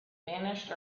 vanished